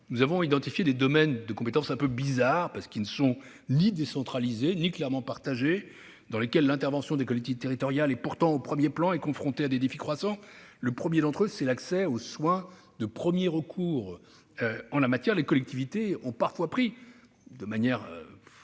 nous avons identifié des domaines de compétences un peu bizarres dans le sens où ils ne sont ni décentralisés ni clairement partagés et dans lesquels l'intervention des collectivités territoriales est à la fois de premier plan et confrontée à des défis croissants. Le premier d'entre eux est l'accès aux soins de premier recours. En la matière, les collectivités ont parfois pris, de manière spontanée